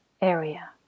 area